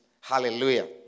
Hallelujah